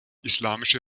islamische